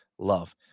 love